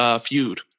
feud